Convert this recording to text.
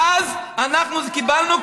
ואז אנחנו קיבלנו,